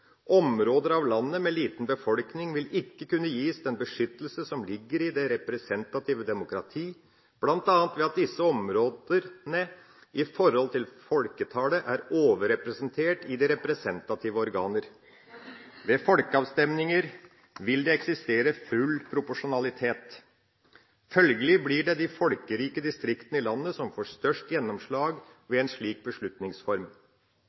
Områder av landet med liten befolkning vil ikke kunne gis den beskyttelse som ligger i det representative demokrati, bl.a. ved at disse områdene i forhold til folketallet er overrepresentert i de representative organer. Ved folkeavstemninger vil det eksistere full proporsjonalitet. Følgelig blir det de folkerike distriktene i landet som får størst gjennomslag ved en slik beslutningsform.